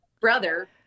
brother